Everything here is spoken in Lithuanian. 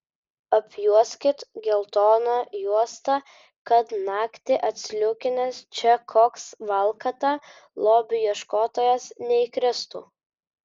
apjuoskit geltona juosta kad naktį atsliūkinęs čia koks valkata lobių ieškotojas neįkristų